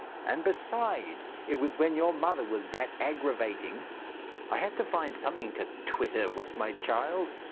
and besides, it was when your mother was that aggravating i had to find something to twit her with, my child.